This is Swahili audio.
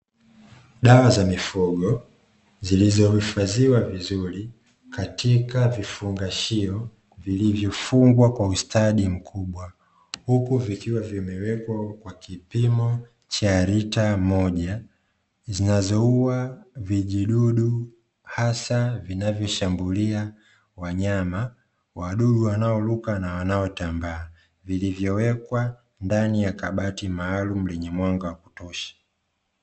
Dawa za mifugo zilizohifadhiwa vizuri katika vifungashio vilivyofungwa kwa ustadi mkubwa, huku vikiwa vimewekwa kwa kipimo cha lita moja zinazoua vijidudu hasa vinavyoshambulia wanyama, wadudu wanaoruka na wanaotambaa vilivyowekwa ndani ya kabati maalumu lenye mwanga wa kutosha.